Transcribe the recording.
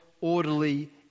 orderly